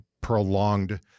prolonged